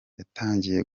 yatangiye